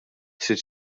sitt